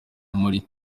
muri